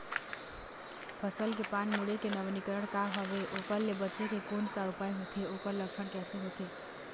फसल के पान मुड़े के नवीनीकरण का हवे ओकर ले बचे के कोन सा उपाय होथे ओकर लक्षण कैसे होथे?